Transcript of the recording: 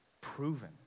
proven